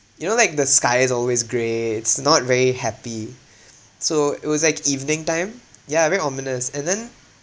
you know like the sky is always grey it's not very happy so it was like evening time ya very ominous and then